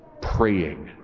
praying